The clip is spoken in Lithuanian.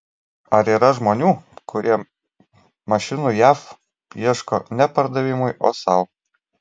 ar yra žmonių kurie mašinų jav ieško ne pardavimui o sau